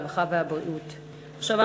הרווחה והבריאות נתקבלה.